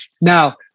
Now